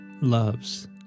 loves